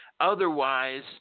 otherwise